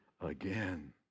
again